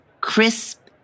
crisp